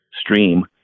stream